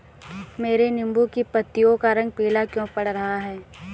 मेरे नींबू की पत्तियों का रंग पीला क्यो पड़ रहा है?